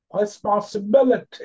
responsibility